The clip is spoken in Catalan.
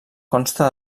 consta